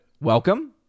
welcome